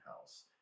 house